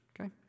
Okay